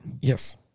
Yes